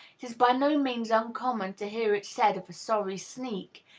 it is by no means uncommon to hear it said of a sorry sneak,